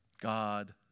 God